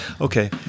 Okay